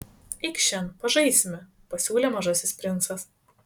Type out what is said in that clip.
eikš šen pažaisime pasiūlė mažasis princas